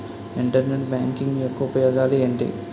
Internet banking యెక్క ఉపయోగాలు ఎంటి?